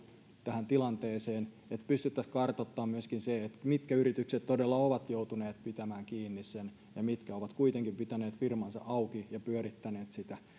tähän tilanteeseen pystyttäisiin kartoittamaan myöskin se mitkä yritykset todella ovat joutuneet pitämään firmansa kiinni ja mitkä ovat kuitenkin pitäneet sen auki ja pyörittäneet sitä